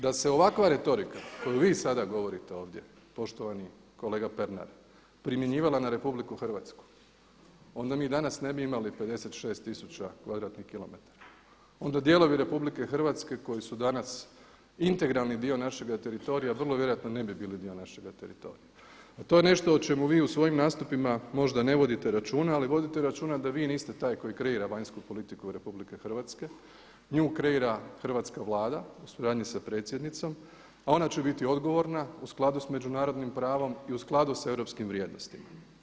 Da se ovakva retorika koju vi sada govorite ovdje, poštovani kolega Pernar, primjenjivala na RH onda mi danas ne bi imali 56 tisuća kvadratnih kilometara, onda dijelovi RH koji su danas integralni dio našega teritorija vrlo vjerojatno ne bi bili dio našega teritorija, a to je nešto o čemu vi u svojim nastupima možda ne vodite računa, ali vodite računa da vi niste taj koji kreira vanjsku politiku RH, nju kreira hrvatska Vlada u suradnji sa predsjednicom, a ona će biti odgovorna u skladu s međunarodnim pravom i u skladu sa europskim vrijednostima.